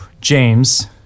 James